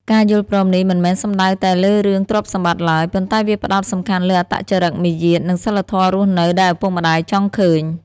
ការយល់ព្រមនេះមិនមែនសំដៅតែលើរឿងទ្រព្យសម្បត្តិឡើយ ប៉ុន្តែវាផ្ដោតសំខាន់លើអត្តចរិត មាយាទ និងសីលធម៌រស់នៅដែលឪពុកម្ដាយចង់ឃើញ។